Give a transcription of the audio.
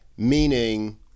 Meaning